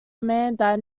amanda